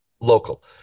local